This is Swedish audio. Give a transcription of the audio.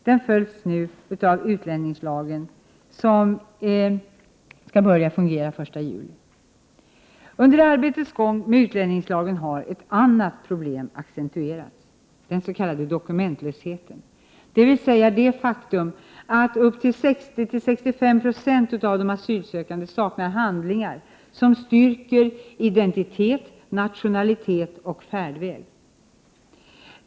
Den följs nu av den nya utlänningslagen, som skall träda i kraft den 1 juli. Under arbetets gång med utlänningslagen har ett annat problem accentuerats, den s.k. dokumentlösheten, dvs. det faktum att upp till 60-65 22 av de asylsökande saknar handlingar som styrker identitet, nationalitet och färdväg.